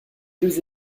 deux